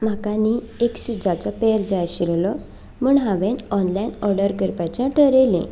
म्हाका न्ही एक शुजाचो पॅर जाय आशिल्लो म्हूण हांवें ऑनलायन ऑर्डर करपाचें ठरयलें